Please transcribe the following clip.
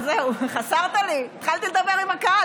חסרת לי, התחלתי לדבר עם הקהל.